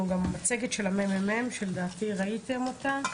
גם מצגת של הממ"מ שלדעתי ראיתם אותה,